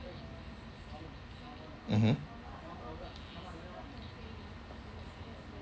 mmhmm